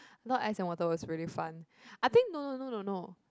not ice and water was really fun I think no no no no no